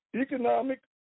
Economic